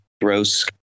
gross